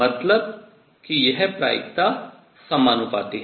मतलब कि यह प्रायिकता समानुपाती है